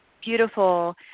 beautiful